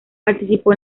participó